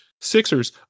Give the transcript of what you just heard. Sixers